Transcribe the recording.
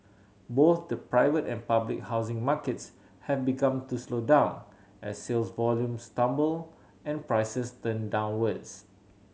both the private and public housing markets have begun to slow down as sales volumes tumble and prices turn downwards